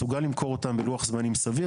מסוגל למכור אותם בלוח זמנים סביר.